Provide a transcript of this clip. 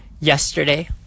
yesterday